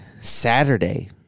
Saturday